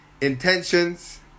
intentions